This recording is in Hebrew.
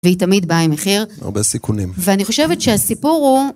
והיא תמיד באה עם מחיר. הרבה סיכונים. ואני חושבת שהסיפור הוא...